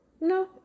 No